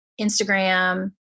Instagram